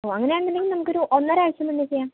ഓ അങ്ങനെയാണെന്നുണ്ടെങ്കിൽ നമുക്കൊരു ഒന്നര ആഴ്ച മുന്നേ ചെയ്യാം